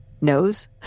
knows